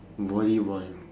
volleyball